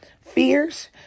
fears